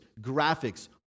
graphics